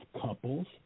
couples